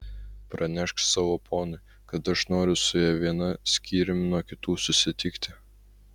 pranešk savo poniai kad aš noriu su ja viena skyrium nuo kitų susitikti